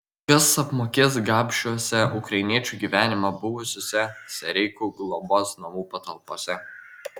kas apmokės gabšiuose ukrainiečių gyvenimą buvusiuose sereikų globos namų patalpose